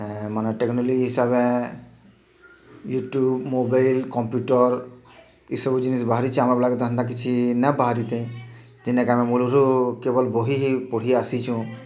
ମାନେ ଟେକ୍ନୋଲୋଜି ହିସାବେ ମାନେ ୟୁଟୁବ୍ ମୋବାଇଲ୍ କମ୍ପ୍ୟୁଟର୍ ଇ ସବୁ ଜିନିଷ୍ ବାହାରିଛେ ଆମର୍ ଲାଗି ତ ଏନ୍ତା ଜିନିଷ୍ ନାଇଁ ବାହାରିଥାଇ ଯେନ୍ଟାକି ଆମେ ମୂଳରୁ କେବଲ୍ ବହି ହିଁ ପଢ଼ିଆସିଛୁଁ